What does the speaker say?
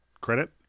credit